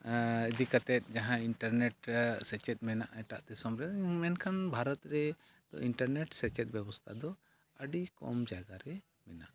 ᱤᱫᱤ ᱠᱟᱛᱮᱫ ᱡᱟᱦᱟᱸ ᱤᱱᱴᱟᱨᱱᱮᱴ ᱥᱮᱪᱮᱫ ᱢᱮᱱᱟᱜᱼᱟ ᱮᱴᱟᱜ ᱫᱤᱥᱚᱢ ᱨᱮ ᱢᱮᱱᱠᱷᱟᱱ ᱵᱷᱟᱨᱚᱛ ᱨᱮᱫᱚ ᱤᱱᱴᱟᱨᱱᱮᱴ ᱥᱮᱪᱮᱫ ᱵᱮᱵᱚᱥᱛᱷᱟ ᱫᱚ ᱟᱹᱰᱤ ᱠᱚᱢ ᱡᱟᱭᱜᱟᱨᱮ ᱢᱮᱱᱟᱜᱼᱟ